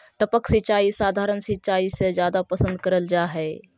टपक सिंचाई सधारण सिंचाई से जादा पसंद करल जा हे